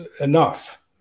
enough